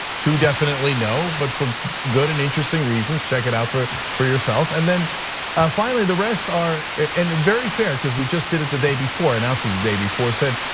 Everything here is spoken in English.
two definitely no. but for good and interesting reasons, check it out for for yourself. and then ah finally the rest are, and very fair cuz we just did it the day before, announced it the day before. said,